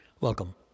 Welcome